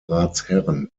ratsherren